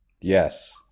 yes